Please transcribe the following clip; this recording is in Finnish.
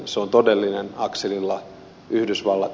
se on todellinen akselilla yhdysvallat